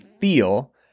feel